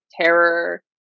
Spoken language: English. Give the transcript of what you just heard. terror